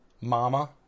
Mama